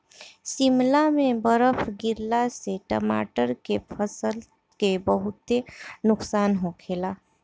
शिमला में बरफ गिरला से टमाटर के फसल के बहुते नुकसान होखेला